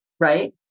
Right